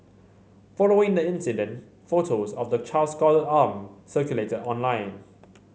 following the incident photos of the child's scalded arm circulated online